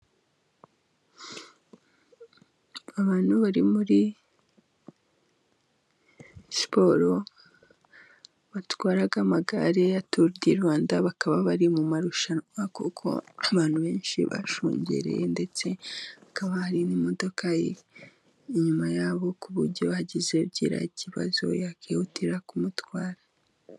Abantu bari muri siporo batwara amagare ya turu di Rwanda bakaba bari mu marushanwa kuko abantu benshi bashungereye ndetse hakaba hari n'imodoka iri inyuma yabo ku buryo hagize ugira kibazo yakihutira kumutwara.